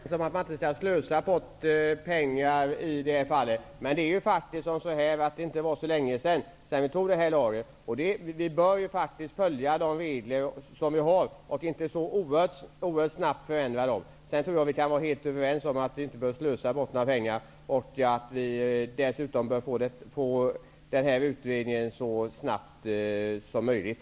Herr talman! Vi är helt överens om att man inte skall slösa bort pengar. Men det var inte så länge sedan som vi antog den här lagen, och vi bör följa de regler som finns och inte ändra dem så oerhört snabbt. Vi kan också vara överens om att utredningen bör bli klar så snabbt som möjligt.